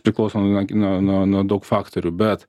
priklauso nuo nuo nuo daug faktorių bet